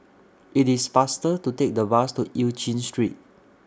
IT IS faster to Take The Bus to EU Chin Street